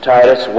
Titus